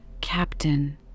Captain